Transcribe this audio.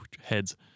Heads